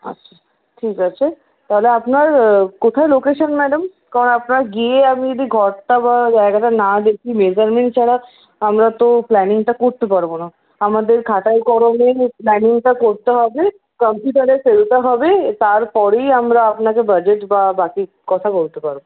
আচ্ছা ঠিক আছে তাহলে আপনার কোথায় লোকেশন ম্যাডাম কারণ আপনার গিয়ে আমি যদি ঘরটা বা জায়গাটা না দেখি মেজারমেন্ট ছাড়া আমরা তো প্ল্যানিংটা করতে পারবোনা আমাদের খাতায় কলমে প্ল্যানিংটা করতে হবে কম্পিউটারে ফেলতে হবে তারপরেই আমরা আপনাকে বাজেট বা বাকি কথা বলতে পারবো